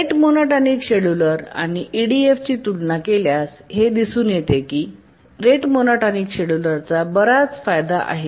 rate monotonic scheduler आणि ईडीएफची तुलना केल्यास हे दिसून येते की रेट मोनोटॉनिक शेड्यूलरचा बराच फायदा आहे